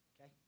Okay